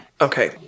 Okay